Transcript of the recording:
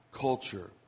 culture